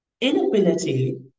inability